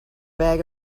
bag